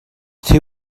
too